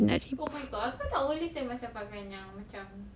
today dinner macam mana nak remove